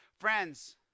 Friends